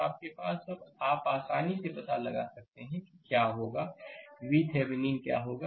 तो अब आपके पास अब आप आसानी से पता लगा सकते हैं कि क्या होगा VThevenin क्या होगा